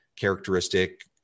characteristic